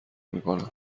میکنم